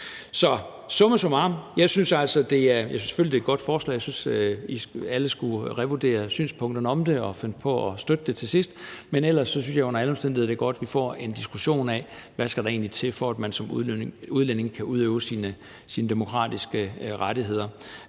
Så summa summarum synes jeg altså, at det er et godt forslag, selvfølgelig. Jeg synes, at alle skulle revurdere synspunkterne om det og finde på at støtte det til sidst. Men ellers synes jeg under alle omstændigheder, at det er godt, at vi får en diskussion af, hvad der egentlig skal til, for at man som udlænding kan udøve sine demokratiske rettigheder